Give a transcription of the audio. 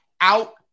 out